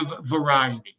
variety